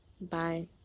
Bye